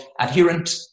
adherent